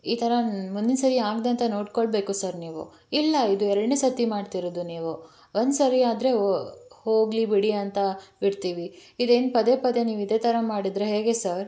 ಈ ಥರ ಮುಂದಿನ ಸರಿ ಆಗದಂತೆ ನೋಡಿಕೊಳ್ಬೇಕು ಸರ್ ನೀವು ಇಲ್ಲ ಇದು ಎರಡನೇ ಸರ್ತಿ ಮಾಡ್ತಿರೋದು ನೀವು ಒಂದು ಸರಿ ಆದರೆ ಓ ಹೋಗಲಿ ಬಿಡಿ ಅಂತ ಬಿಡ್ತೀವಿ ಇದೇನು ಪದೇ ಪದೇ ನೀವು ಇದೇ ಥರ ಮಾಡಿದರೆ ಹೇಗೆ ಸರ್